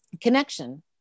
connection